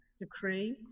decree